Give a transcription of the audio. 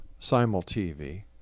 Simultv